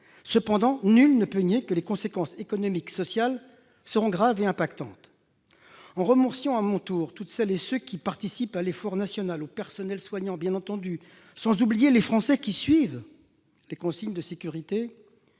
Cependant, nul ne peut nier que les conséquences économiques et sociales seront graves et nous affecteront fortement. À mon tour, je remercie toutes celles et tous ceux qui participent à l'effort national, notamment le personnel soignant, bien entendu, sans oublier les Français qui suivent les consignes de sécurité.